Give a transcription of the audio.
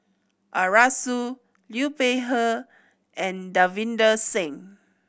Arasu Liu Peihe and Davinder Singh